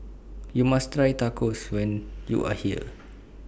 YOU must Try Tacos when YOU Are here